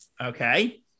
Okay